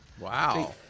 Wow